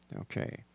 Okay